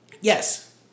Yes